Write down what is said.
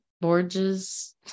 Borges